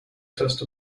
test